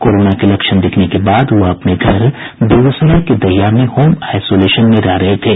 corona के लक्षण दिखने के बाद वह अपने घर बेगूसराय के दहिया में होम आईसोलेशन में रह रहे थे